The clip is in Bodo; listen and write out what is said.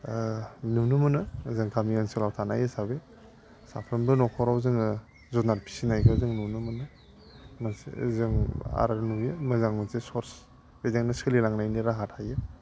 नुनो मोनो जों गामि ओनसोलाव थानाय हिसाबै साफ्रोमबो न'खरावबो जोङो जुनार फिसिनायखौ जों नुनो मोनो मोनसे जों आरो नुयो मोजां मोनसे सर्स बेजोंनो सोलिलांनायनि राहा थायो